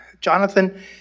Jonathan